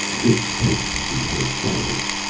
it smote between her shoulders.